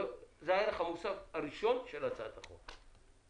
זה הערך המוסף הראשון של הצעת החוק.